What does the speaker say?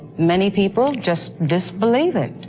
many people just disbelieve it,